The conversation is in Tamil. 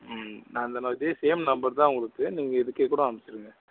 ம் நான் அந்த மாதிரி சேம் நம்பர் தான் உங்களுக்கு நீங்கள் இதுக்கே கூட அமுச்சுவிடுங்க